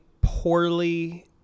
poorly